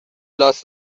لاس